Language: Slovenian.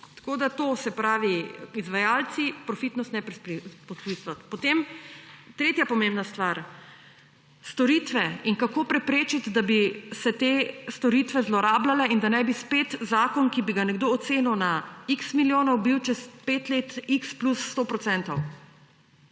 Tako da to, izvajalci, profitnost, neprofitnost. Potem tretja pomembna stvar. Storitve in kako preprečiti, da bi se te storitve zlorabljale in da ne bi spet zakon, ki bi ga nekdo ocenil na x milijonov, bil čez 5 let x plus 100 %.